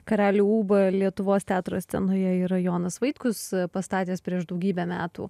karalių ūbą lietuvos teatro scenoje yra jonas vaitkus pastatęs prieš daugybę metų